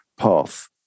path